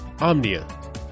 omnia